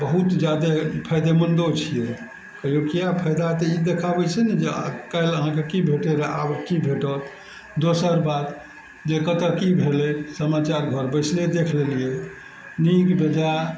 बहुत जादे फायदेमन्दो छियै कहियौ किआ फायदा तऽ ई देखाबय छै नऽ जे काल्हि अहाँके की भेटय रहय आब की भेटत दोसर बात जे कतऽ की भेलय समाचार घर बैसले देख लेलियै नीक बेजाय